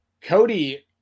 Cody